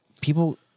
People